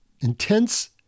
intense